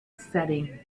setting